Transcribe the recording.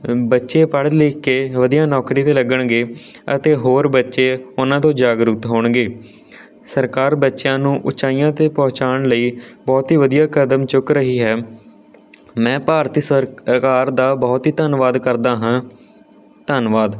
ਬੱਚੇ ਪੜ੍ਹ ਲਿਖ ਕੇ ਵਧੀਆ ਨੌਕਰੀ 'ਤੇ ਲੱਗਣਗੇ ਅਤੇ ਹੋਰ ਬੱਚੇ ਉਹਨਾਂ ਤੋਂ ਜਾਗਰੂਕ ਹੋਣਗੇ ਸਰਕਾਰ ਬੱਚਿਆਂ ਨੂੰ ਉਚਾਈਆਂ 'ਤੇ ਪਹੁੰਚਾਉਣ ਲਈ ਬਹੁਤ ਹੀ ਵਧੀਆ ਕਦਮ ਚੁੱਕ ਰਹੀ ਹੈ ਮੈਂ ਭਾਰਤ ਸਰਕਾਰ ਦਾ ਬਹੁਤ ਹੀ ਧੰਨਵਾਦ ਕਰਦਾ ਹਾਂ ਧੰਨਵਾਦ